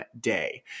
Day